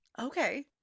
Okay